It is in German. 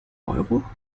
euro